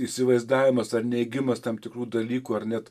įsivaizdavimas ar neigimas tam tikrų dalykų ar net